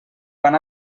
van